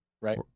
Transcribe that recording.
Right